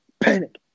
panic